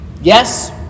Yes